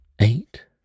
eight